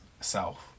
South